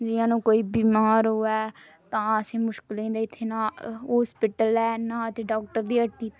जि'यां हून कोई बिमार होवे तां असेंगी मुश्कल होई जंदा नेईं इत्थै नां होस्पिटल ऐ नां इत्थै डाक्टर दी हट्टी'